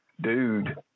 dude